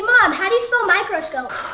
mom, how do you spell microscope?